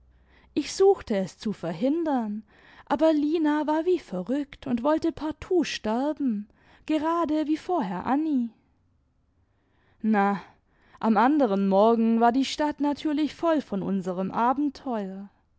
ich suchte es zu verhindern aber lina war wie verrückt imd wollte partout sterben gerade wie vorher anni na am anderen morgen war die stadt natürlich voll von unserem abenteuer